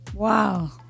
Wow